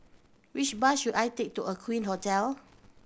which bus should I take to Aqueen Hotel